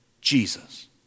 Jesus